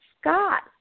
Scott